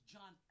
John